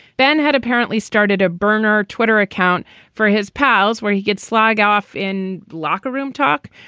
ben had apparently started a burner twitter account for his pals, where he gets slag off in locker room talk.